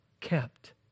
kept